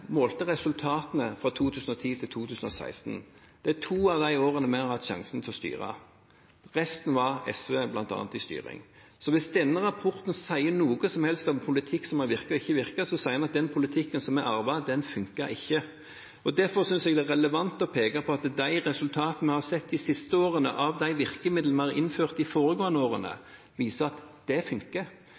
målte resultatene fra 2010 til 2016. Det gjelder to av de årene vi har hatt sjansen til å styre. Resten av årene var bl.a. SV i styring. Så hvis denne rapporten sier noe som helst om politikk som har virket og ikke virket, sier den at den politikken vi arvet, funket ikke. Derfor synes jeg det er relevant å peke på at de resultatene vi har sett de siste årene av de virkemidlene vi har innført de foregående årene, viser at det funker.